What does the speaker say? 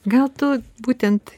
gal tu būtent